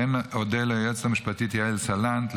כן אודה ליועצת המשפטית יעל סלנט,